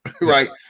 right